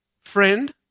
friend